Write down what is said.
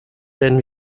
denn